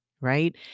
Right